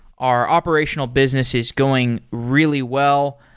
our operational business is going really well.